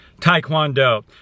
taekwondo